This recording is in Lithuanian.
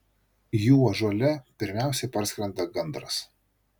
jų ąžuole pirmiausia parskrenda gandras